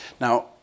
Now